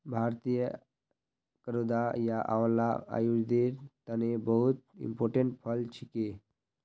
भारतीय करौदा या आंवला आयुर्वेदेर तने बहुत इंपोर्टेंट फल छिके